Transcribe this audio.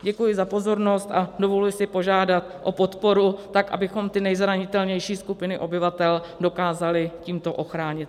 Děkuji za pozornost a dovoluji si požádat o podporu tak, abychom ty nejzranitelnější skupiny obyvatel dokázali tímto ochránit.